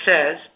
says